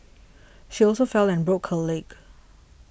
she also fell and broke her leg